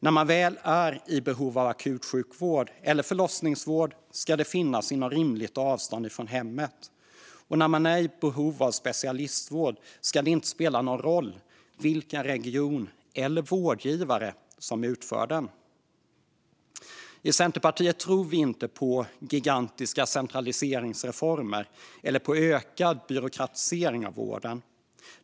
När man väl är i behov av akutsjukvård eller förlossningsvård ska det finnas inom rimligt avstånd från hemmet. När man är i behov av specialistvård ska det inte spela någon roll vilken region eller vårdgivare som utför den. I Centerpartiet tror vi inte på gigantiska centraliseringsreformer eller på ökad byråkratisering av vården.